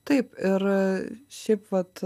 taip ir šiaip vat